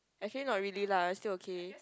actually not really lah still okay